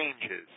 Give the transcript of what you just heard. changes